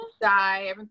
die